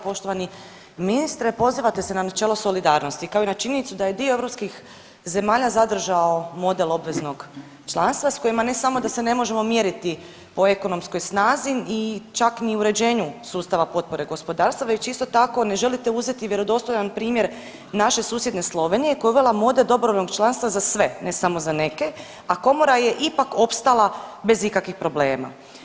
Poštovani ministre, pozivate se na načelo solidarnosti, kao i na činjenicu da je dio europskih zemalja zadržao model obveznog članstva s kojima ne samo da se ne možemo mjeriti po ekonomskoj snazi i čak ni uređenju sustava potpore gospodarstvu, već isto tako ne želite uzeti vjerodostojan primjer naše susjedne Slovenije koja je uvela model dobrovoljnog članstva za sve ne samo za neke, a komora je ipak opstala bez ikakvih problema.